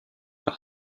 par